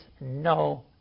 no